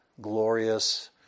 glorious